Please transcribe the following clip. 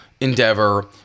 Endeavor